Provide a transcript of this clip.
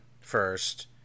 first